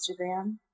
Instagram